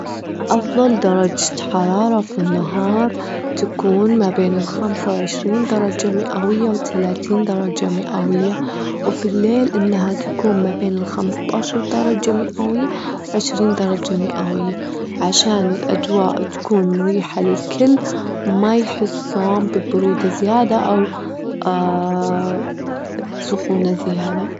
أفضل درجتشة حرارة في النهار تكون مابين الخمسة وعشرين درجة مئوية وتلاتين درجة مئوية، وفي الليل إنها تكون مابين الخمستاشر درجة مئوية وعشرين درجة مئوية، عشان الأجواء تكون مريحة للكل، مايحسون ببرودة زيادة أو سخونة زيادة.